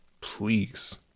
Please